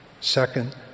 Second